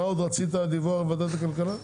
מה עוד רצית דיווח על ועדת הכלכלה?